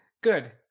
good